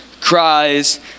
cries